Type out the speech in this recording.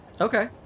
Okay